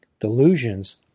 Delusions